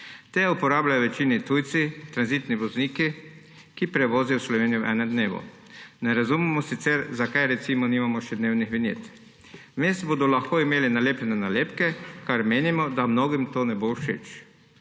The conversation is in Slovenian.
Te uporabljajo v večini tujci, tranzitni vozniki, ki prevozijo Slovenijo v enem dnevu. Ne razumemo, zakaj, recimo, nimamo še dnevnih vinjet. Vmes bodo lahko imeli nalepljene nalepke, kar menimo, da mnogim to ne bo všeč.